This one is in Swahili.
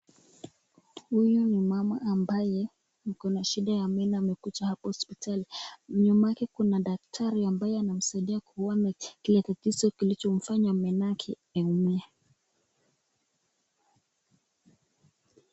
Huyu ni mama ambaye ako na shida ya meno amekuja hapo hospitali. Nyuma yake kuna daktari ambaye anamsaidia kuona kile tatizo kilichomfanya meno yake imuume.